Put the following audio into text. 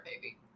baby